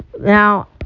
Now